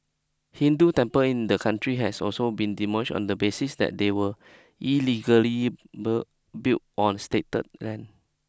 Hindu temple in the country has also been demolished on the basis that they were illegally built on stated land